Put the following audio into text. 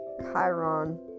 chiron